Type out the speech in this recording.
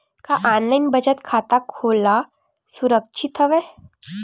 का ऑनलाइन बचत खाता खोला सुरक्षित हवय?